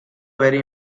very